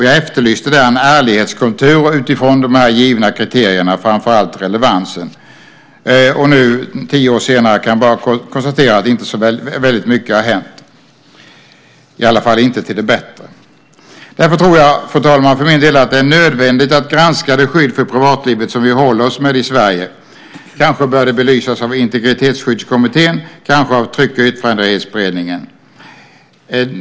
Jag efterlyste en sådan ärlighetskultur utifrån de här givna kriterierna, framför allt relevansen. Nu, tio år senare, kan jag bara konstatera att inte så väldigt mycket har hänt, i alla fall inte till det bättre. Därför tror jag för min del, fru talman, att det är nödvändigt att granska det skydd för privatlivet som vi håller oss med i Sverige. Kanske bör det belysas av Integritetsskyddskommittén, kanske av Tryck och yttrandefrihetsberedningen.